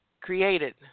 created